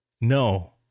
No